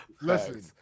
listen